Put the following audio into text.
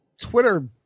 Twitter